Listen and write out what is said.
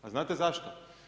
A znate zašto?